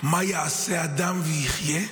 מה יעשה אדם ויחיה?